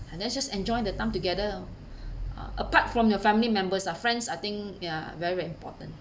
let's just enjoined the time together uh apart from your family members ah friends I think ya very very important